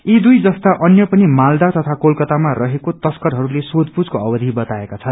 यी दुइ जस्ता अन्य पनि मालदा तकिा कोलकातामा रहेको तस्करहरूलाई सोधपूछाको अवधि बताएको छ